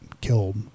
killed